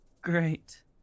Great